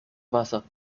wasser